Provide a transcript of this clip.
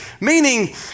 meaning